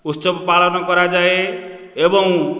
ଉତ୍ସବ ପାଳନ କରାଯାଏ ଏବଂ